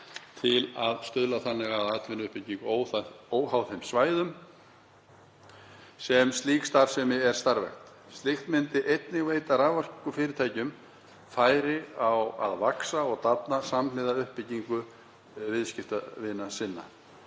til að stuðla þannig að atvinnuuppbyggingu óháð þeim svæðum sem slík starfsemi er starfrækt. Slíkt myndi einnig veita raforkufyrirtækjum færi á að vaxa og dafna samhliða uppbyggingu viðskiptavina sinna.